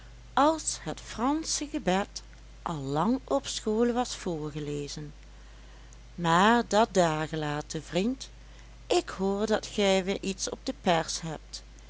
als het fransche gebed al lang op school was voorgelezen maar dat daargelaten vriend ik hoor dat gij weer iets op de pers hebt